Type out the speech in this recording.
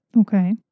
Okay